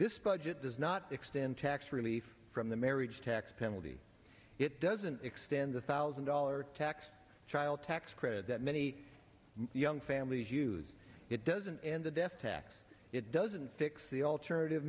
this budget does not extend tax relief from the marriage tax penalty it doesn't extend the thousand dollar tax child tax credit that many young families use it doesn't end the death tax it doesn't fix the alternative